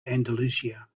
andalusia